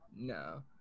no